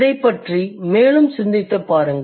இதைப் பற்றி மேலும் சிந்தித்துப் பாருங்கள்